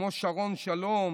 כמו שרון שלום